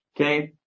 okay